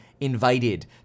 invited